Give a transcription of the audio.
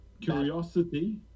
curiosity